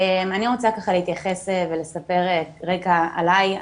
אני רוצה להתייחס ולספר רקע עלי,